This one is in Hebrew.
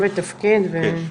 בבקשה.